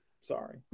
Sorry